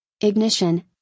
Ignition